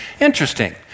Interesting